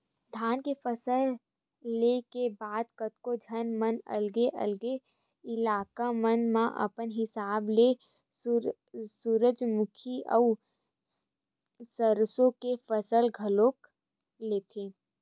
धान के फसल ले के बाद कतको झन मन अलगे अलगे इलाका मन म अपन हिसाब ले सूरजमुखी अउ सरसो के फसल घलोक लेथे